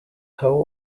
how